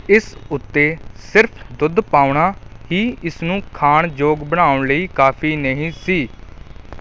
ਇਸ ਉੱਤੇ ਸਿਰਫ਼ ਦੁੱਧ ਪਾਉਣਾ ਹੀ ਇਸ ਨੂੰ ਖਾਣ ਯੋਗ ਬਣਾਉਣ ਲਈ ਕਾਫ਼ੀ ਨਹੀਂ ਸੀ